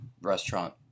restaurant